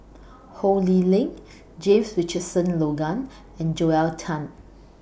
Ho Lee Ling James Richardson Logan and Joel Tan